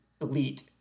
elite